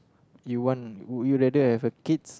you want would you rather have a kids